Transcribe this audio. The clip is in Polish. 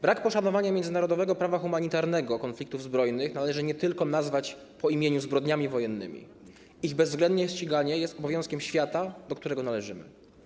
Brak poszanowania międzynarodowego prawa humanitarnego, konfliktów zbrojnych należy nie tylko nazwać po imieniu zbrodniami wojennymi - ich bezwzględne ściganie jest obowiązkiem świata, do którego należymy.